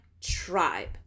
tribe